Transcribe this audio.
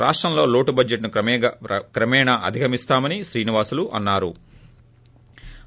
రాష్టంలో లోటు బడ్లెట్ను క్రమేణా అధిగమిస్తామని శ్రినివాసులు అన్నారు